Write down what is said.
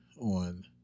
on